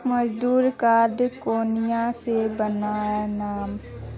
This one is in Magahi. मजदूर कार्ड कुनियाँ से बनाम?